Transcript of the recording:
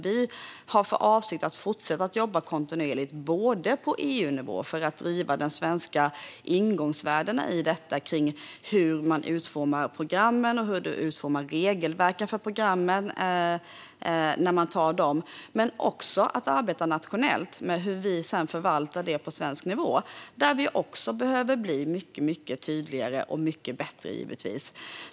Vi har för avsikt att fortsätta jobba kontinuerligt på EU-nivå för att driva de svenska ingångsvärdena när det gäller hur man utformar programmen och regelverken för dem. Men vi har också för avsikt att jobba nationellt med hur vi sedan förvaltar detta på svensk nivå, där vi också behöver bli mycket tydligare och givetvis mycket bättre.